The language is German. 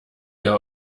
ihr